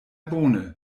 bone